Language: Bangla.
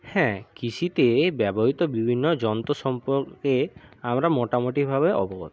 হ্যাঁ কৃষিতে ব্যবহূত বিভিন্ন যন্ত্র সম্পর্কে আমরা মোটামোটিভাবে অবগত